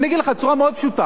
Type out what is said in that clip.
אני אגיד לך: בצורה מאוד פשוטה,